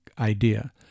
idea